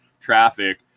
traffic